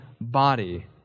body